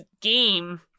game